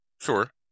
Sure